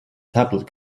tablet